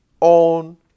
on